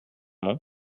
nom